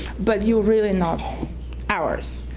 but you really not ours.